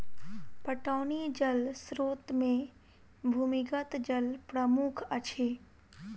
पटौनी जल स्रोत मे भूमिगत जल प्रमुख अछि